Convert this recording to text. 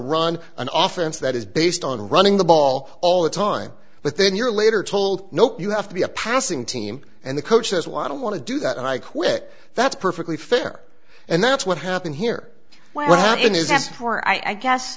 run an office that is based on running the ball all the time but then your later told nope you have to be a passing team and the coach says why don't want to do that and i quit that's perfectly fair and that's what happened here what